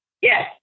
Yes